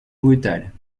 brutale